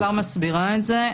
אני כבר מסבירה את זה.